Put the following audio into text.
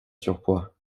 surpoids